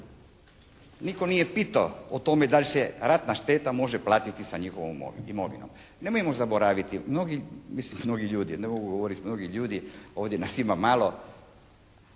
nitko nije pitao o tome da li ratna šteta može platiti sa njihovom imovinom. Nemojmo zaboraviti, mnogi, mislim mnogi ljudi, ne mogu govoriti mnogi ljudi, ovdje nas ima malo,